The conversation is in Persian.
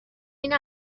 این